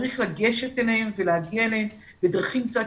צריך לגשת אליהם ולהגיע אליהם בדרכים קצת